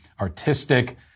artistic